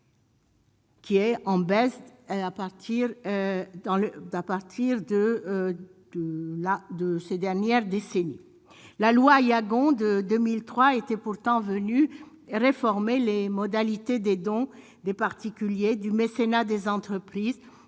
à partir dans le à partir de là, de ces dernières décennies, la loi Aillagon de 2003 était pourtant venu et réformer les modalités des dons des particuliers du mécénat des entreprises